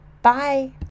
Bye